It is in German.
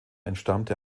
entstammte